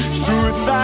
truth